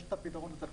יש פתרון טכנולוגי,